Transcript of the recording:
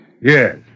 Yes